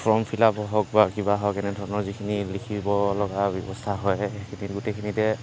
form fill up হওক বা কিবা হওক এনেধৰণৰ যিখিনি লিখিব লগা ব্যৱস্থা হয় সেইখিনি গোটেইখিনিতে